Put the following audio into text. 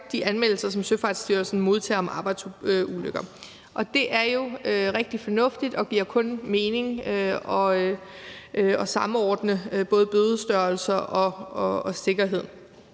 de anmeldelser, som Søfartsstyrelsen modtager om arbejdsulykker. Og det er jo rigtig fornuftigt, og det giver kun mening at samordne det i forhold til både bødestørrelser og sikkerhed.